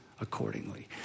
Accordingly